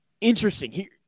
Interesting